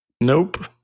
nope